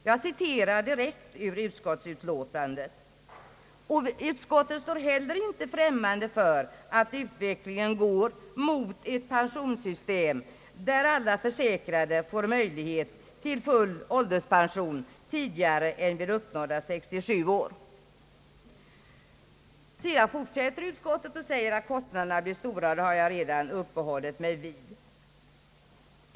Jag citerar direkt ur utskottsutlåtandet: »Utskottet står heller inte främmande för att utvecklingen går mot ett pensionssystem där alla försäkrade får möjlighet till full ålderspension tidigare än vid uppnådda 67 år.» Utskottet framhåller vidare att kostnaderna blir stora, vilket jag redan har uppehållit mig vid.